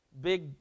big